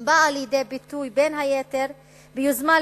באה לידי ביטוי בין היתר ביוזמה של